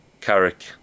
Carrick